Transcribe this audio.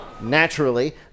naturally